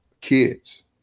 kids